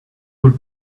would